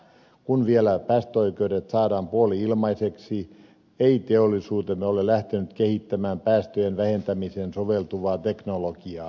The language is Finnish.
kun vielä päästöoikeudet saadaan puoli ilmaiseksi ei teollisuutemme ole lähtenyt kehittämään päästöjen vähentämiseen soveltuvaa teknologiaa